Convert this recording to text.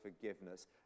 forgiveness